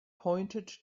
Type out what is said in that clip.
pointed